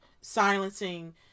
silencing